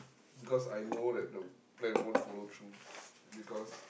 because I know that the plan won't follow through because